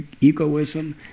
egoism